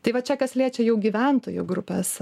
tai va čia kas liečia jau gyventojų grupes